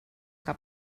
que